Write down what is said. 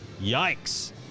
Yikes